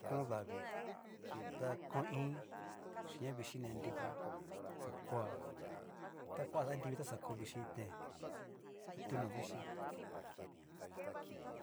Kón davii chin ña kón ín, chin na vichí nenriki xakoa ta koa anrivi ta xa ko vichí iten, a tú no vixhí.